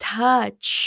touch